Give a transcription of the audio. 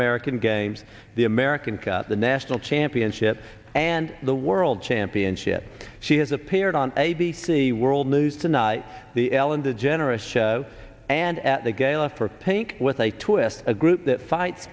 american games the american cup the national championship and the world championships she has appeared on a b c world news tonight the ellen de generous show and at the gala for pink with a twist a group that fights